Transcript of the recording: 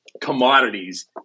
commodities